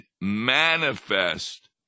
manifest